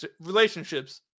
relationships